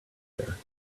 there